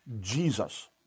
Jesus